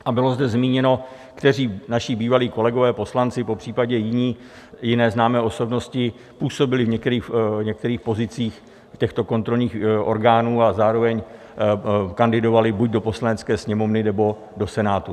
A bylo zde zmíněno, kteří naši bývalí kolegové poslanci, popřípadě jiné známé osobnosti působili v některých pozicích těchto kontrolních orgánů a zároveň kandidovali buď do Poslanecké sněmovny, nebo do Senátu.